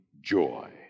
joy